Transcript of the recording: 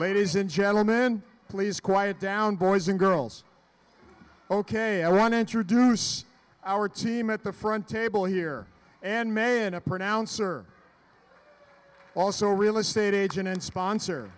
ladies and gentlemen please quiet down boys and girls ok i want to introduce our team at the front table here and made in a pronouncer also real estate agent in sponsor